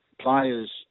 Players